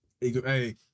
hey